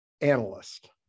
Analyst